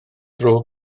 bro